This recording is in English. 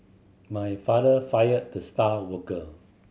my father fired the star worker